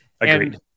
Agreed